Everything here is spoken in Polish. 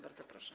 Bardzo proszę.